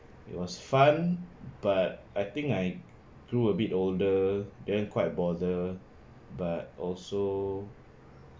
it was fun but I think I grew a bit older then quite a bother but also